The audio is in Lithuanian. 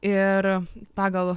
ir pagal